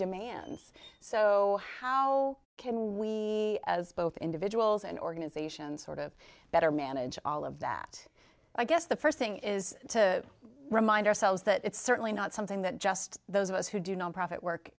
demands so how can we as both individuals and organizations sort of better manage all of that i guess the first thing is to remind ourselves that it's certainly not something that just those of us who do nonprofit work